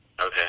Okay